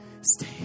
stay